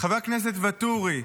חבר הכנסת ואטורי,